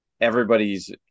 everybody's